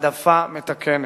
העדפה מתקנת.